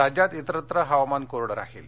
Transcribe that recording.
राज्यात इतस्त्र हवामान कोरडं राहील